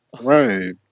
Right